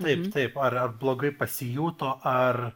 taip taip ar ar blogai pasijuto ar